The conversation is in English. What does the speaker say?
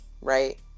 Right